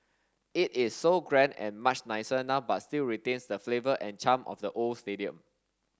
it is so grand and much nicer now but still retains the flavour and charm of the old stadium